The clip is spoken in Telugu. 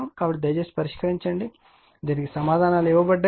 కాబట్టి దయచేసి దీనిని పరిష్కరించండి దీనికి సమాధానాలు ఇవ్వబడ్డాయి